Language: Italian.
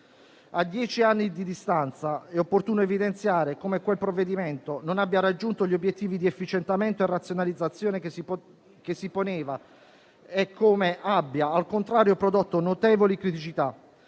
A dieci anni di distanza è opportuno evidenziare come quel provvedimento non abbia raggiunto gli obiettivi di efficientamento e razionalizzazione che si poneva e come abbia al contrario prodotto notevoli criticità,